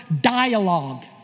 dialogue